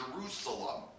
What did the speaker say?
Jerusalem